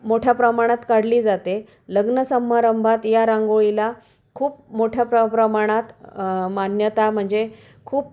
मोठ्या प्रमाणात काढली जाते लग्नसमारंभात या रांगोळीला खूप मोठ्या प्र प्रमाणात मान्यता म्हणजे खूप